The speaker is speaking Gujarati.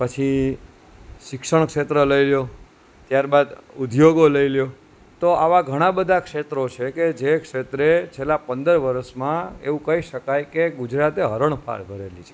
પછી શિક્ષણ ક્ષેત્ર લઈ લો ત્યારબાદ ઉદ્યોગો લઈ લો તો આવા ઘણા બધા ક્ષેત્રો છે કે જે ક્ષેત્રે છેલા પંદર વરસમાં કે એવું કહી શકાય કે ગુજરાતે હરણફાળ ભરેલી છે